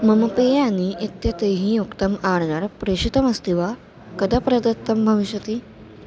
मम पेयानि इत्येतैः उक्तम् आर्डर् प्रेषितमस्ति वा कदा प्रदत्तं भविष्यति